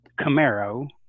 Camaro